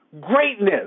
greatness